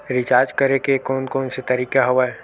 Recharge करे के कोन कोन से तरीका हवय?